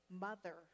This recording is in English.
mother